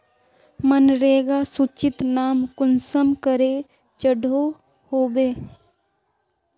मनरेगा सूचित नाम कुंसम करे चढ़ो होबे?